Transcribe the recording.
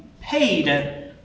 paid